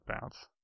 bounce